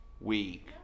week